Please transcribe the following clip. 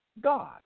God